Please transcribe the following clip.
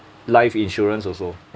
life insurance also